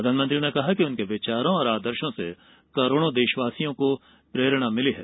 प्रधानमंत्री ने कहा कि उनके विचारों और आदर्शो से करोड़ों देशवासियों को प्रेरणा मिली है